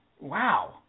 Wow